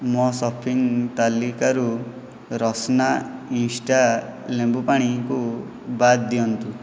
ମୋ ସପିଂ ତାଲିକାରୁ ରସ୍ନା ଇନ୍ଷ୍ଟାଟ୍ ଲେମ୍ବୁ ପାଣିକୁ ବାଦ୍ ଦିଅନ୍ତୁ